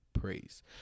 praise